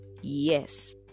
Yes